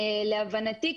להבנתי,